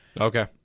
Okay